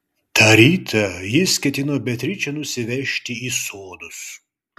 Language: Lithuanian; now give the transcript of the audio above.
tą rytą jis ketino beatričę nusivežti į sodus